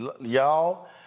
y'all